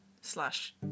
slash